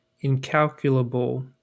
incalculable